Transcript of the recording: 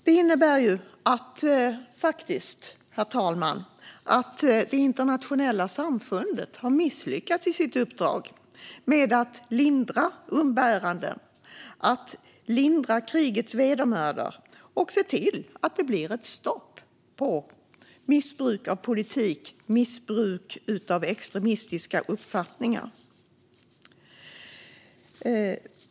Det innebär också, herr talman, att det internationella samfundet har misslyckats i sitt uppdrag att lindra umbäranden, lindra krigets vedermödor och se till att det blir ett stopp på missbruk av politik och missbruk av extremistiska uppfattningar.